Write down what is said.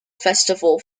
festival